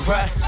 Right